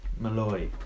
Malloy